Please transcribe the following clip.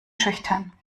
schüchtern